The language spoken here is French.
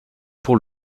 pour